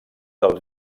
del